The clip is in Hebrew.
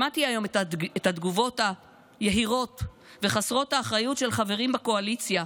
שמעתי היום את התגובות היהירות וחסרות האחריות של חברים בקואליציה,